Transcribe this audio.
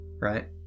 Right